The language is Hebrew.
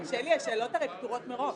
שלי, הרי השאלות פתורות מראש.